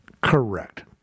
Correct